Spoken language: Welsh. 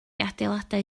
adeiladau